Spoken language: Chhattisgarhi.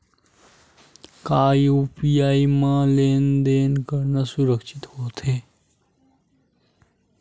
का यू.पी.आई म लेन देन करना सुरक्षित होथे?